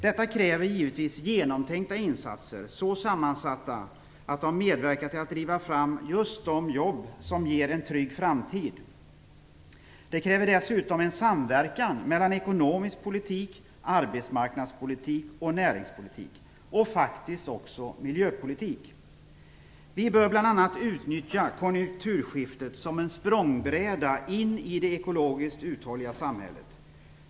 Detta kräver givetvis genomtänkta insatser, så sammansatta att de medverkar till att driva fram just de jobb som ger en trygg framtid. Det kräver dessutom en samverkan mellan ekonomisk politik, arbetsmarknadspolitik och näringspolitik - och faktiskt också miljöpolitik! Vi bör bl.a. utnyttja konjunkturskiftet som en språngbräda in i det ekologiskt uthålliga samhället.